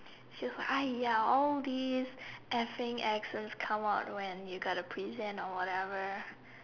she was like !aiya! all these effing accents come out when you gotta present or whatever